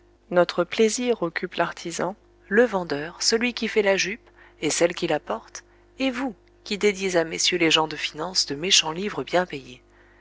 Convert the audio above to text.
notre plaisir occupe l'artisan le vendeur celui qui fait la jupe et celle qui la porte et vous qui dédiez à messieurs les gens de finance de méchants livres bien